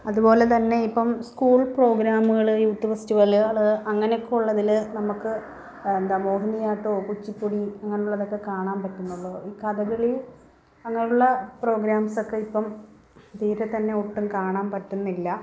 അതുപോലെത്തന്നെ ഇപ്പം സ്കൂൾ പ്രോഗ്രാമുകൾ യൂത്ത് ഫെസ്റ്റിവല്കൾ അങ്ങനെയൊക്കെ ഉള്ളതിൽ നമുക്ക് എന്താ മോഹിനിയാട്ടം കുച്ചിപ്പുടി അങ്ങനെയുള്ളതൊക്കെ കാണാൻ പറ്റുന്നുള്ളൂ ഈ കഥകളി അങ്ങനെയുള്ള പ്രോഗ്രാംസൊക്കെ ഇപ്പം തീരെ തന്നെ ഒട്ടും കാണാൻ പറ്റുന്നില്ല